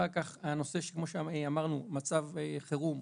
אחר כך, כמו שאמרנו, במצב חירום,